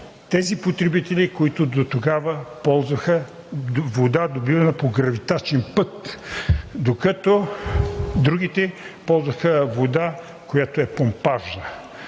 ощети потребителите, които дотогава ползваха вода, добивана по гравитачен път, докато другите ползваха помпажна